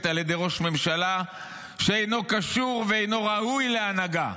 על ידי ראש ממשלה שאינו קשור ואינו ראוי להנהגה.